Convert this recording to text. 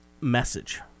message